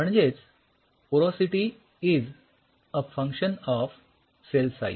म्हणजेच porosity is a function of cell size